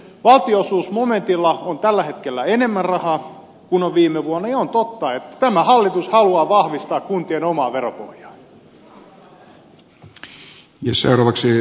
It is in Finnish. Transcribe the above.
valtionosuusmomentilla on tällä hetkellä enemmän rahaa kuin oli viime vuonna niin on totta että tämä hallitus haluaa vahvistaa kuntien omaa veropohjaa